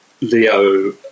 LEO